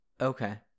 Okay